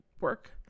work